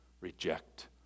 reject